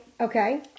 Okay